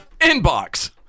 inbox